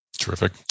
Terrific